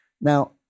Now